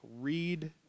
read